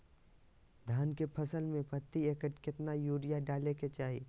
धान के फसल में प्रति एकड़ कितना यूरिया डाले के चाहि?